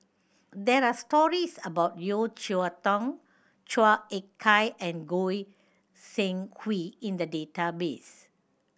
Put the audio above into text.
there are stories about Yeo Cheow Tong Chua Ek Kay and Goi Seng Hui in the database